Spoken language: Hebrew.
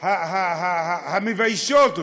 המביישות אתכם?